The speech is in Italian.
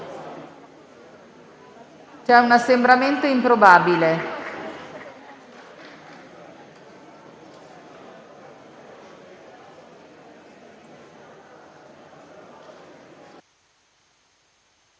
(c'è un assembramento improbabile).